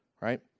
right